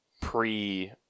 pre